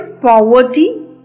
poverty